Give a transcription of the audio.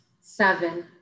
seven